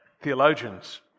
theologians